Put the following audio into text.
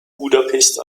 budapest